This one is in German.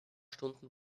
stunden